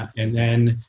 and then